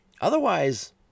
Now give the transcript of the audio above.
Otherwise